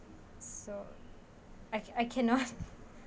so I I cannot